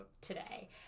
today